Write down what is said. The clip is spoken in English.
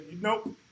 Nope